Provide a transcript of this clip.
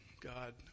God